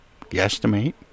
guesstimate